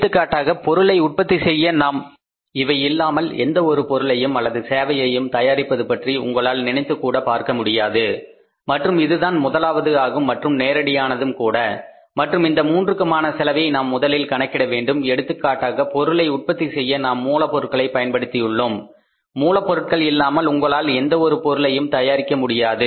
எடுத்துக்காட்டாக பொருளை உற்பத்தி செய்ய நாம் மூலப்பொருட்களை பயன்படுத்தியுள்ளோம் மூலப் பொருட்கள் இல்லாமல் உங்களால் எந்த ஒரு பொருளையும் தயாரிக்க முடியாது